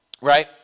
right